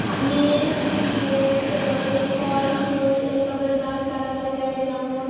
আমি ফল ফুল এসবের গাছ লাগাতে চাই যেমন